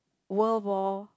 World War